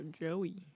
Joey